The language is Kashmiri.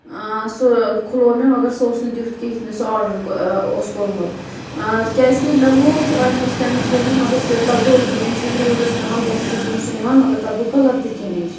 سُہ کھُلو مےٚ مَگر سُہ اوس نہٕ تیُتھ کیٚنٛہہ یُتھ مےٚ سُہ آردڑ اوس کوٚرمُت کیازِ کہِ مےٚ لوگ سُہ واریاہ ٹایمَس لوگ مےٚ مَگر سُہ تَتھ گوٚو ییٚمہِ ساتہٕ روٗد اوس پیٚوان بہٕ ٲسٕس سُہ کُن نِوان مَگر تَتھ گوٚو کَلر تہِ چینج